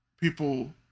people